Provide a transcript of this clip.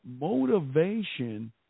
motivation